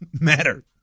matter